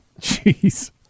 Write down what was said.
Jeez